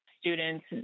students